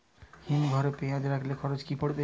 হিম ঘরে পেঁয়াজ রাখলে খরচ কি পড়বে?